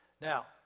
Now